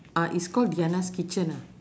ah it's called deanna's kitchen ah